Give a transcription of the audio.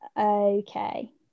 okay